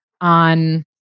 on